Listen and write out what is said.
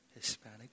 Hispanic